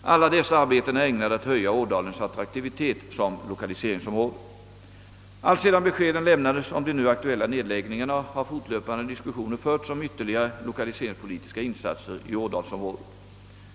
Alla dessa arbeten är ägnade att höja Ådalens attraktivitet som lokaliseringsområde. Alltsedan beskeden lämnades om de nu aktuella nedläggningarna har fortlöpande diskussioner förts om ytterligare lokaliseringspolitiska insatser i ådalsområdet.